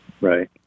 Right